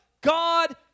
God